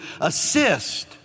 assist